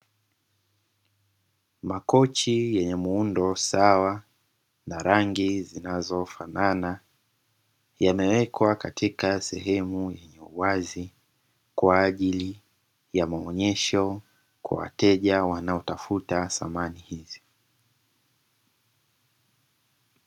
Makochi yenye muundo sawa na rangi zinazofanana, yamewekwa katika sehemu yenye uwazi kwa ajili ya maonyesho kwa wateja wanaotafuta samani hizi.